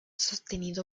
sostenido